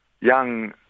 Young